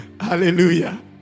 Hallelujah